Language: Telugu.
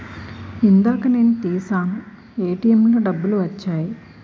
ఇందాక నేను తీశాను ఏటీఎంలో డబ్బులు వచ్చాయి